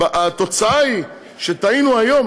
התוצאה היא שטעינו היום,